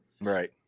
Right